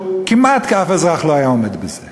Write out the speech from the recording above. כמעט אף אזרח לא היה עומד בזה.